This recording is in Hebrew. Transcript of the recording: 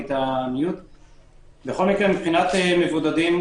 מבחינת מבודדים,